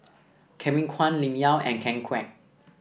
Kevin Kwan Lim Yau and Ken Kwek